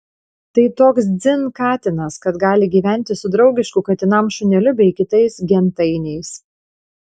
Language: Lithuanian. tai toks dzin katinas kad gali gyventi su draugišku katinams šuneliu bei kitais gentainiais